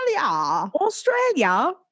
australia